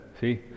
See